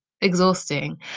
Exhausting